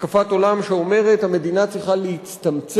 השקפת עולם שאומרת: המדינה צריכה להצטמצם,